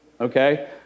okay